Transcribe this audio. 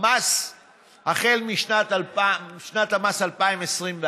המס היא משנת המס 2021,